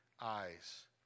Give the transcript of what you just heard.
eyes